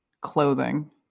clothing